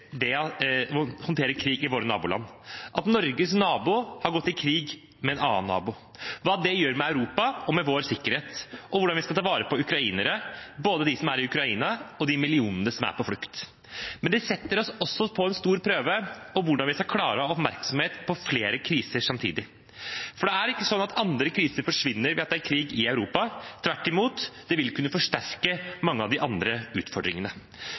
vi håndterer krig i våre naboland – at Norges nabo har gått til krig mot en annen nabo – hva det gjør med Europa og vår sikkerhet, og hvordan vi skal ta vare på ukrainere, både de som er i Ukraina, og de millionene som er på flukt. Men det setter oss også på en stor prøve for hvordan vi skal klare å ha oppmerksomhet på flere kriser samtidig. For det er ikke sånn at andre kriser forsvinner ved at det er krig i Europa – tvert imot; det vil kunne forsterke mange av de andre